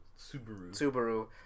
Subaru